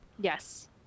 yes